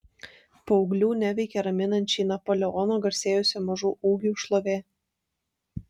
paauglių neveikia raminančiai napoleono garsėjusio mažu ūgiu šlovė